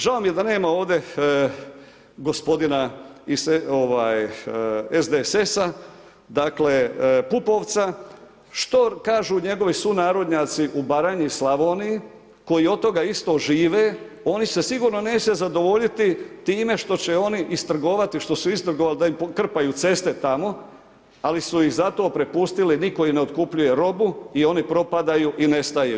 Žao mi je da nema ovdje gospodina iz SDSS-a Pupovca, što kažu njegovi sunarodnjaci u Baranji i Slavoniji koji od toga isto žive, oni se sigurno neće zadovoljiti time što će oni istrgovati, što su istrgovali da im krpaju ceste tamo, ali su ih zato prepustili, nitko im ne otkupljuje robu i oni propadaju i nestaju.